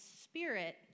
spirit